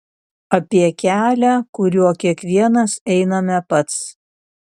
apie kelią kuriuo kiekvienas einame pats